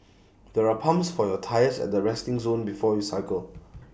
there are pumps for your tyres at the resting zone before you cycle